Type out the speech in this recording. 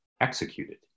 executed